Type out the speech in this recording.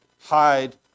Hide